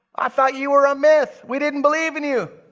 i thought you were a myth. we didn't believe in you.